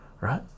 right